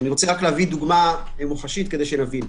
אני רוצה להביא דוגמה מוחשית כדי שנבין.